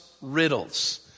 riddles